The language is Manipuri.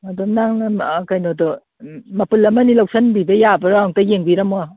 ꯑꯗꯨ ꯅꯪꯅ ꯀꯩꯅꯣꯗꯣ ꯃꯄꯨꯟ ꯑꯃꯅꯤ ꯂꯪꯁꯤꯟꯕꯤꯕ ꯌꯥꯕ꯭ꯔꯥ ꯑꯝꯇ ꯌꯦꯡꯕꯤꯔꯝꯃꯣ